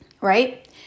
right